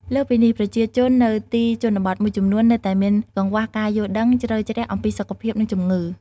លើសពីនេះ ប្រជាជននៅទីជនបទមួយចំនួននៅតែមាន កង្វះការយល់ដឹង ជ្រៅជ្រះអំពីសុខភាព និងជំងឺ។